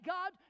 God